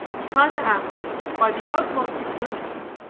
china aster, by the utmost exertions,